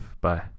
bye